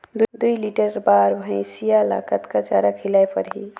दुई लीटर बार भइंसिया ला कतना चारा खिलाय परही?